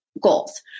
goals